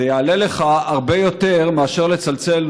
זה יעלה לך הרבה יותר מאשר לצלצל,